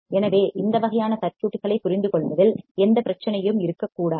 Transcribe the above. எனவே இந்த வகையான சர்க்யூட்களைப் புரிந்து கொள்வதில் எந்தப் பிரச்சினையும் இருக்கக்கூடாது